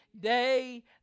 Day